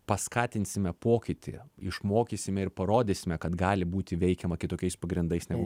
paskatinsime pokytį išmokysime ir parodysime kad gali būti veikiama kitokiais pagrindais negu